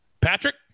Patrick